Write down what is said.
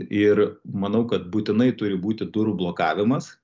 ir manau kad būtinai turi būti durų blokavimas